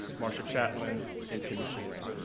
marcia chatelain and keneshia grant.